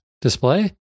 display